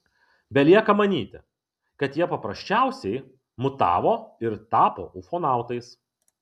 belieka manyti kad jie paprasčiausiai mutavo ir tapo ufonautais